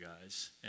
guys